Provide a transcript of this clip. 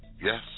Yes